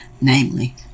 namely